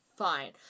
Fine